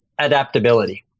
adaptability